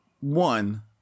one